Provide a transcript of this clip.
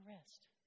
rest